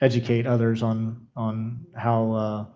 educate others on on how